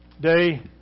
day